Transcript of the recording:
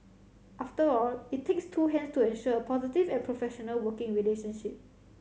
after all it takes two hands to ensure positive and professional working relationship